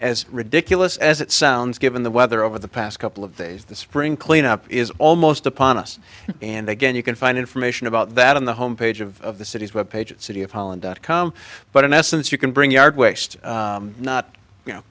as ridiculous as it sounds given the weather over the past couple of days the spring cleanup is almost upon us and again you can find information about that on the home page of the city's web page at city of holon dot com but in essence you can bring yard waste not you know